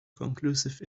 conclusive